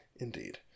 Indeed